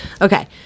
Okay